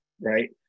right